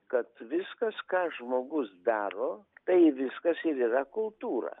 kad viskas ką žmogus daro tai viskas ir yra kultūra